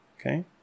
Okay